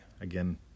Again